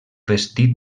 vestit